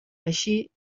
així